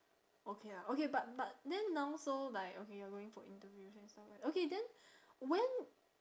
okay ah okay but but then now so like okay you are going for interviews and stuff right okay then when